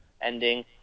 ending